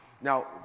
Now